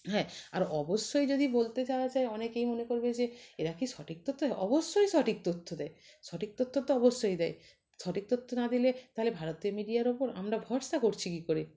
হ্যাঁ আর অবশ্যই যদি বলতে যাওয়া যায় অনেকেই মনে করবে যে এরা কি সঠিক তথ্য দেয় অবশ্যই সঠিক তথ্য দেয় সঠিক তথ্য তো অবশ্যই দেয় সঠিক তথ্য না দিলে তাহলে ভারতীয় মিডিয়ার ওপর আমরা ভরসা করছি কী করে